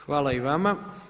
Hvala i vama.